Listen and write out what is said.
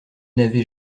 n’avez